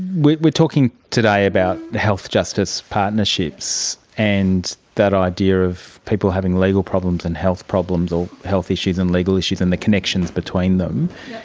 we're we're talking today about health justice partnerships, and that idea of people having legal problems and health problems or health issues and legal issues and the connections between them.